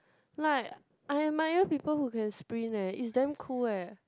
like I admire people who can sprint eh is damn cool eh